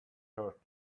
hurt